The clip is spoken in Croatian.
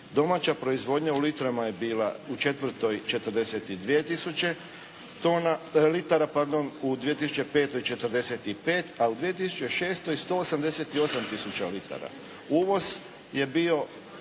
Domaća proizvodnja u litrama je bila u 2004. 42 tisuće litara, u 2005. 45, a u 2006. 188 tisuća litara. Uvoz je bio